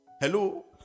Hello